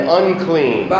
unclean